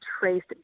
traced